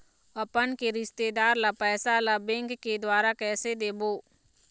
अपन के रिश्तेदार ला पैसा ला बैंक के द्वारा कैसे देबो?